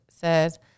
says